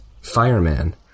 Fireman